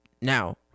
Now